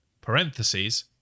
Parentheses